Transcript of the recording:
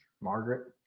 Margaret